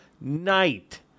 night